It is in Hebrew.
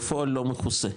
מכוסה,